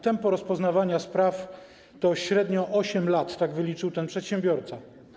Tempo rozpoznawania spraw to średnio 8 lat - tak wyliczył ten przedsiębiorca.